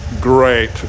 great